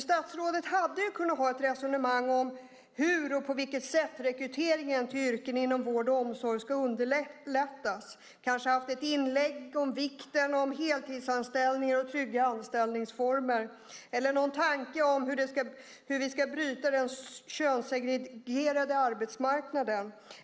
Statsrådet kunde ha haft ett resonemang om hur och på vilket sätt rekryteringen till yrken inom vård och omsorg ska underlättas, kanske haft ett inlägg om vikten av heltidsanställningar och trygga anställningsformer eller någon tanke om hur vi ska bryta den könssegregerade arbetsmarknaden.